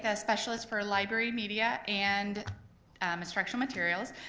ah specialist for library media and um instructional materials.